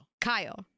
Kyle